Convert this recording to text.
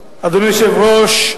היושב-ראש,